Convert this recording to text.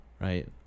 right